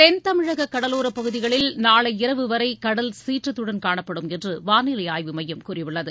தென் தமிழக கடலோர பகுதிகளில் நாளை இரவு வரை கடல் சீற்றத்துடன் காணப்படும் என்று வானிலை ஆய்வு மையம் கூறியுள்ளது